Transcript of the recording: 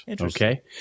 Okay